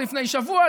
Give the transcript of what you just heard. לפני שבוע,